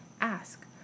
ask